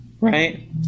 Right